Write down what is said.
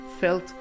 felt